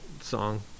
song